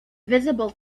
visible